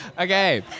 Okay